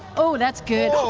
oh that's good. oh